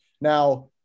Now